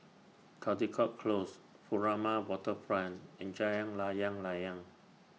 Caldecott Close Furama Riverfront and Jalan Layang Layang